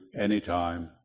anytime